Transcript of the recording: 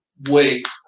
wait